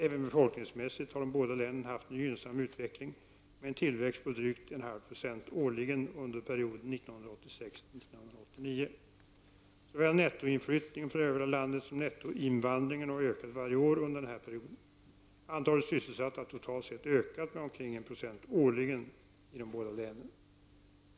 Även befolkningsmässigt har de båda länen haft en gynnsam utveckling med en tillväxt med drygt 0,5 90 årligen under perioden 1986-1989. Såväl nettoinflyttningen från övriga landet som nettoinvandringen har ökat varje år under denna period. Antalet sysselsatta har totalt sett ökat med omkring 1 Ze årligen i båda länen.